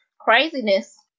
craziness